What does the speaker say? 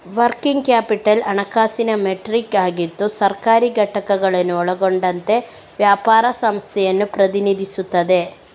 working capital ಹಣಕಾಸಿನ metric ಆಗಿದ್ದು ಸರ್ಕಾರಿ ಘಟಕಗಳನ್ನು ಒಳಗೊಂಡಂತೆ ವ್ಯಾಪಾರ ಸಂಸ್ಥೆಯನ್ನು ಪ್ರತಿನಿಧಿಸುತ್ತದೆ